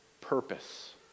purpose